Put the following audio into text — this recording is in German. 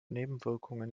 nebenwirkungen